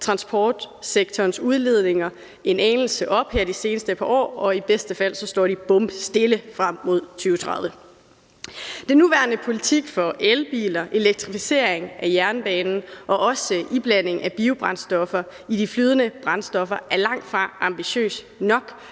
Transportsektorens udledninger er gået en anelse op her de seneste år, og kigger vi på fremskrivningen, står de i bedste fald bomstille frem mod 2030. Den nuværende politik for elbiler, elektrificering af jernbanen og også iblanding af biobrændstoffer i de flydende brændstoffer er langtfra ambitiøs nok